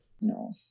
No